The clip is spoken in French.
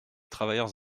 travailleurs